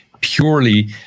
purely